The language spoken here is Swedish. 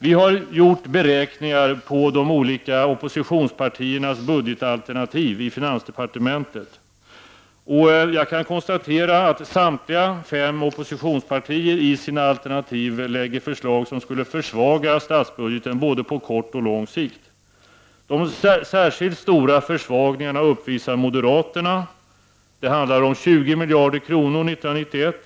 Vi har i finansdepartementet gjort beräkningar beträffande de olika oppositionspartiernas budgetalternativ, och jag kan konstatera att samtliga fem oppositionspartier lägger fram förslag som skulle försvaga statsbudgeten både på kort och på lång sikt. Särskilt stora försvagningar uppvisar moderaterna. Det handlar om 20 miljarder kronor för 1991.